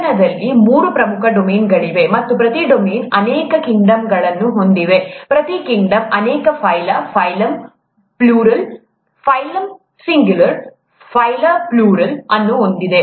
ಜೀವನದಲ್ಲಿ ಮೂರು ಪ್ರಮುಖ ಡೊಮೇನ್ಗಳಿವೆ ಮತ್ತು ಪ್ರತಿ ಡೊಮೇನ್ ಅನೇಕ ಕಿಂಗ್ಡಮ್ಗಳನ್ನು ಹೊಂದಿದೆ ಪ್ರತಿ ಕಿಂಗ್ಡಮ್ ಅನೇಕ phyla phylum plural phylum singular phyla plural ಅನ್ನು ಹೊಂದಿದೆ